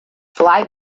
fly